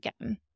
again